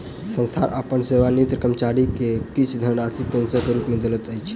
संस्थान अपन सेवानिवृत कर्मचारी के किछ धनराशि पेंशन के रूप में दैत अछि